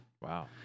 Wow